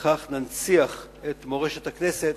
ובכך ננציח את מורשת הכנסת